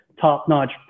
top-notch